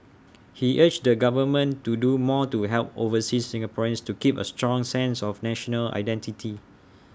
he urged the government to do more to help overseas Singaporeans keep A strong sense of national identity